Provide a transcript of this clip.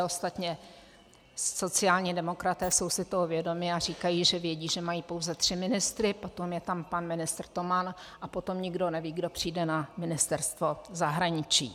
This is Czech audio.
Ostatně sociální demokraté jsou si toho vědomi a říkají, že vědí, že mají pouze tři ministry, potom je tam pan ministr Toman a potom nikdo neví, kdo přijde na ministerstvo zahraničí.